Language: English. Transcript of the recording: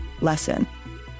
lesson